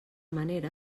manera